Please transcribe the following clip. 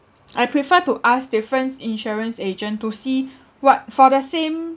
I prefer to ask different insurance agent to see what for the same